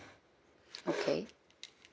okay